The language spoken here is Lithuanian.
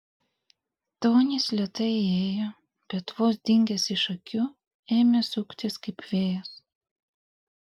tonis lėtai įėjo bet vos dingęs iš akių ėmė suktis kaip vėjas